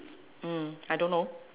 mm I don't know